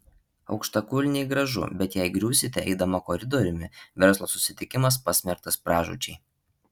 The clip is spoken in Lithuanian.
aukštakulniai gražu bei jei griūsite eidama koridoriumi verslo susitikimas pasmerktas pražūčiai